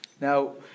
Now